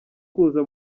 kuza